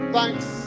Thanks